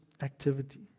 activity